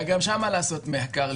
אולי גם שם לעשות מחקר,